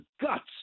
guts